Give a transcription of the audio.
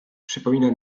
przypomina